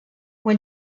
when